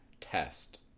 test